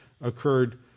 occurred